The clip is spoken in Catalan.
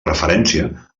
referència